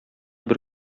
бер